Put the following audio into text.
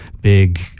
big